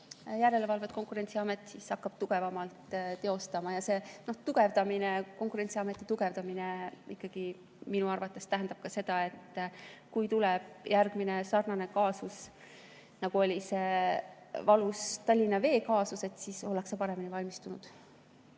järelevalvet hakkab Konkurentsiamet tugevamalt teostama. Konkurentsiameti tugevdamine minu arvates tähendab ka seda, et kui tuleb järgmine sarnane kaasus, nagu oli see valus Tallinna Vee kaasus, siis ollakse paremini valmistunud.